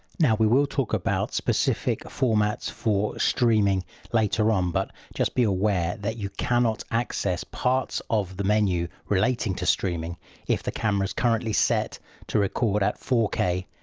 now, we will talk about specific formats for streaming later on um but just be aware that you cannot access parts of the menu relating to streaming if the camera is currently set to record at four k,